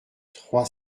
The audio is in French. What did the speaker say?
trois